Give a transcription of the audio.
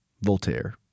Voltaire